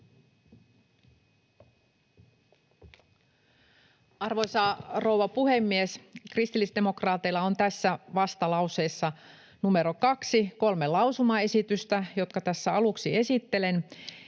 Arvoisa rouva puhemies! Kristillisdemokraateilla on tässä vastalauseessa numero 2 kolme lausumaesitystä, jotka tässä aluksi esittelen: